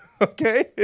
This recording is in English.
Okay